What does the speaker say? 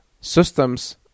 systems